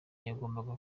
wagombaga